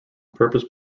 purpose